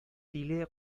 тиле